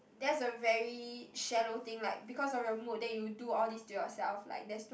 that's a very shallow thing like because of your mood then you do all these to yourself like that's too